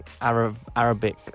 Arabic